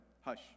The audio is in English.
Hush